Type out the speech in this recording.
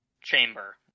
Chamber